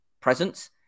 presence